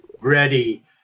ready